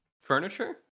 furniture